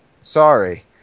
Sorry